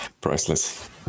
priceless